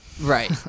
Right